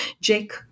Jake